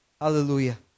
Hallelujah